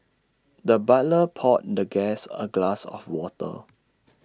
the butler poured the guest A glass of water